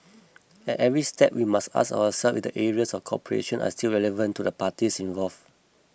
at every step we must ask ourselves if the areas of cooperation are still relevant to the parties involve